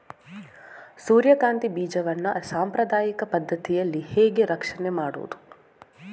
ಸೂರ್ಯಕಾಂತಿ ಬೀಜವನ್ನ ಸಾಂಪ್ರದಾಯಿಕ ಪದ್ಧತಿಯಲ್ಲಿ ಹೇಗೆ ರಕ್ಷಣೆ ಮಾಡುವುದು